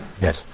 Yes